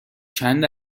چند